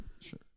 Sure